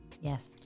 Yes